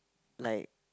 like